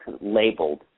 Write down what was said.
labeled